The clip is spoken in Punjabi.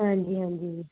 ਹਾਂਜੀ ਹਾਂਜੀ ਜੀ